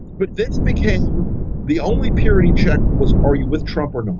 but this became the only purity check was. are you with trump or not?